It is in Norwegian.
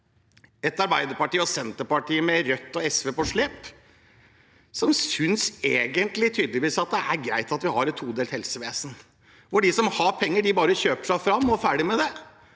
et Arbeiderparti og et Senterparti med Rødt og SV på slep som tydeligvis synes det er greit at vi har et todelt helsevesen, hvor de som har penger, bare kjøper seg fram og ferdig med det,